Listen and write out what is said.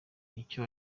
icyo